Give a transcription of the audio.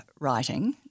writing